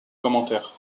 commentaires